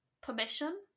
permission